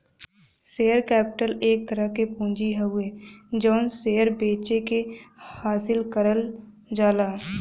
share capital एक तरह क पूंजी हउवे जौन शेयर बेचके हासिल करल जाला